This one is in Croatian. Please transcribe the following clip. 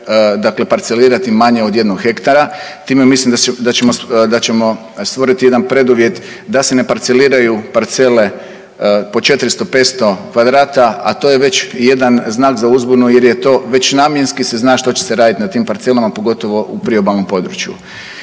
dakle parcelirati manje od jednog hektara time mislim da ćemo stvoriti jedan preduvjet da se ne parceliraju parcele po 400, 500 kvadrata a to je već jedan znak za uzbunu jer je to već namjenski se zna što će se raditi na tim parcelama pogotovo u priobalnom području.